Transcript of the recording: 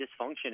dysfunction